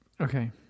okay